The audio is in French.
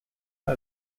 pas